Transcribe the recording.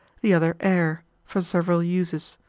the other air, for several uses.